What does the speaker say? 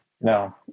no